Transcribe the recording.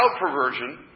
perversion